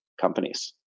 companies